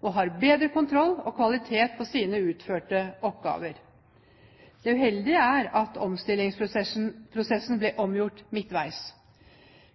og har bedre kontroll og kvalitet på sine utførte oppgaver. Det uheldige er at omstillingsprosessen ble omgjort midtveis.